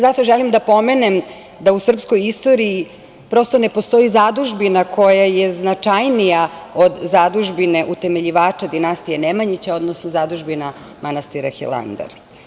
Zato želim da pomenem da u srpskoj istoriji prosto ne postoji zadužbina koja je značajnija od zadužbine utemeljivača dinastije Nemanjića, odnosno zadužbina manastira Hilandar.